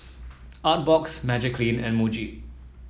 Artbox Magiclean and Muji